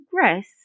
progress